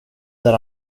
där